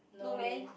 no leh